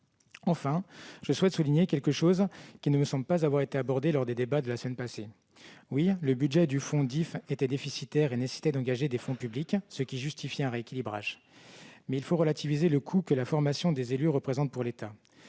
Enfin, je souhaite souligner un point qui n'a, me semble-t-il, pas été abordé lors des débats de la semaine passée. Oui, le budget du fonds DIFE était déficitaire et nécessitait d'engager des fonds publics, ce qui justifiait un rééquilibrage. Mais il faut relativiser le coût que la formation des élus représente pour l'État.